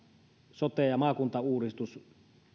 sote ja maakuntauudistus